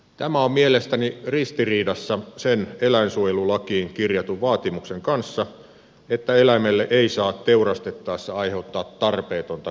tämä on mielestäni ristiriidassa sen eläinsuojelulakiin kirjatun vaatimuksen kanssa että eläimelle ei saa teurastettaessa aiheuttaa tarpeetonta kärsimystä